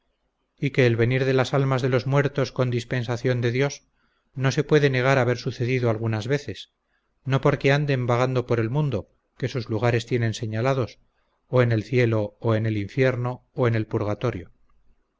y que el venir de las almas de los muertos con dispensación de dios no se puede negar haber sucedido algunas veces no porque anden vagando por el mundo que sus lugares tienen señalados o en el cielo o en el infierno o en el purgatorio